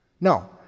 No